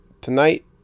Tonight